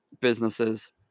businesses